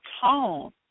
tone